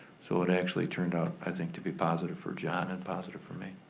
so it actually turned out, i think, to be positive for john and positive for me.